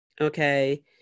okay